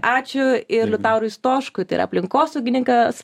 ačiū ir liutaurui stoškui tai yra aplinkosaugininkas